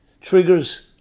triggers